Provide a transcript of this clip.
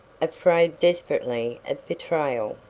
afraid desperately of betrayal.